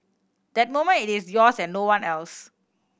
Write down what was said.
that moment it is yours and no one else